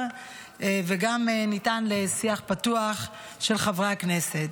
וגם ניתן לשיח פתוח של חברי הכנסת.